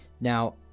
Now